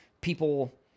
people –